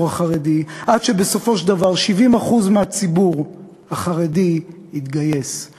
החרדי עד שבסופו של דבר 70% מהציבור החרדי יתגייסו,